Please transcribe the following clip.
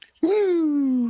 woo